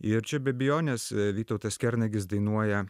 ir čia be abejonės vytautas kernagis dainuoja